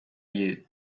you